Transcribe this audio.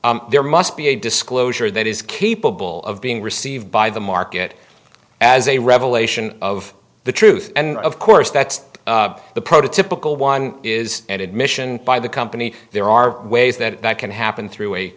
there must be a disclosure that is capable of being received by the market as a revelation of the truth and of course that's the prototypical one is an admission by the company there are ways that that can happen through a